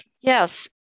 Yes